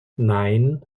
nein